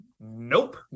nope